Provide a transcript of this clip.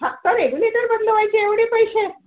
फक्त रेगुलटर बदलवायचे एवढे पैसे